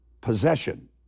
possession